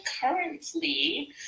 currently